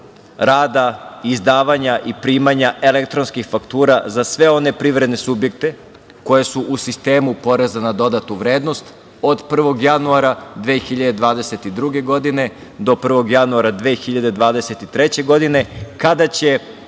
rada izdavanja i primanja elektronskih faktura za sve one privredne subjekte koji su u sistemu PDV-a od 1. januara 2022. godine do 1. januara 2023. godine, kada će